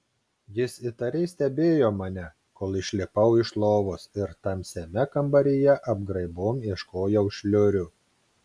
jis įtariai stebėjo mane kol išlipau iš lovos ir tamsiame kambaryje apgraibom ieškojau šliurių